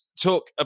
talk